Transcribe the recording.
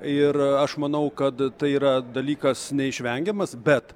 ir aš manau kad tai yra dalykas neišvengiamas bet